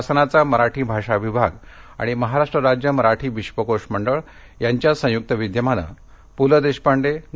शासनाचा मराठी भाषा विभाग आणि महाराष्ट्र राज्य मराठी विश्वकोश मंडळ यांचं संयुक्त विद्यमाने पुल देशपांडे ग